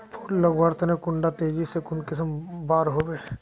फुल लगवार तने कुंडा तेजी से कुंसम बार वे?